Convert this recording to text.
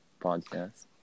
podcast